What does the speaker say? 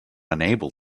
unable